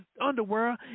underwear